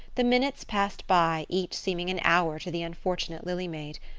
the minutes passed by, each seeming an hour to the unfortunate lily maid.